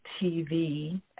TV